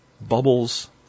bubbles